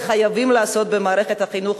וחייבים במערכת החינוך,